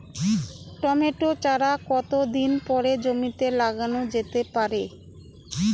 Tomato চারা কতো দিন পরে জমিতে লাগানো যেতে পারে?